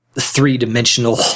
three-dimensional